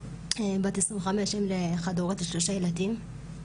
25, אם חד-הורית לשלושה ילדים.